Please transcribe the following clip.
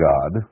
God